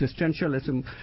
existentialism